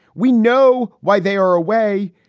we know why they are away.